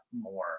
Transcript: more